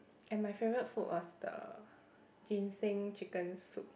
and my favorite food was the ginseng chicken soup